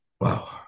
Wow